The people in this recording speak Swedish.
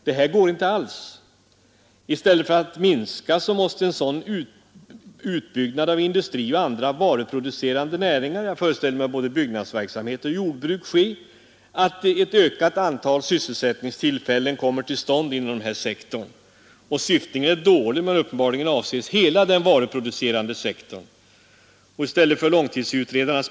Där sägs någonting om finanspolitiken 1971 74. Vet man ens vad agerandet i riksdagen har haft för finanspolitiska konsekvenser? Har man konstaterat åtagandena i miljardklassen? Har man märkt att bedömningarna är väldigt olika mellan de borgerliga partierna? Det har man säkert kunnat konstatera.